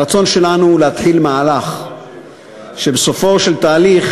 הרצון שלנו להתחיל מהלך שבסופו של תהליך